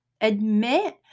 admit